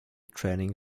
training